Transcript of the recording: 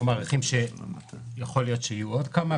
אנחנו מעריכים שיכול להיות שיהיו עוד כמה,